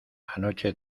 anoche